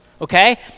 okay